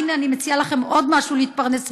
הינה, אני מציעה לכם עוד משהו להתפרנס ממנו,